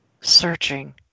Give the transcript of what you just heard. searching